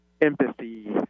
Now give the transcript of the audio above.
empathy